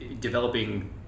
developing